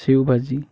शेवभाजी